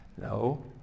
No